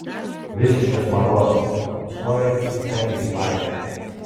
visiškas marozas pastoviai tik su treningais vaikšto